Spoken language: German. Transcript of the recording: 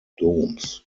doms